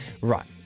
Right